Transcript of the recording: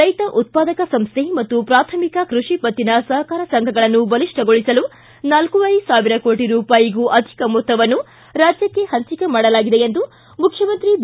ರೈತ ಉತ್ಪಾದಕ ಸಂಸೈ ಮತ್ತು ಪ್ರಾಥಮಿಕ ಕೃಷಿ ಪತ್ತಿನ ಸಹಕಾರ ಸಂಘಗಳನ್ನು ಬಲಿಷ್ಠಗೊಳಿಸಲು ನಾಲ್ಕೂವರೆ ಸಾವಿರ ಕೋಟ ರೂಪಾಯಿಗೂ ಅಧಿಕ ಮೊತ್ತವನ್ನು ರಾಜ್ಯಕ್ಷೆ ಹಂಚಿಕೆ ಮಾಡಲಾಗಿದೆ ಎಂದು ಮುಖ್ಯಮಂತ್ರಿ ಬಿ